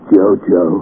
JoJo